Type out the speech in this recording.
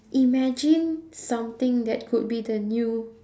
imagine something that could be the new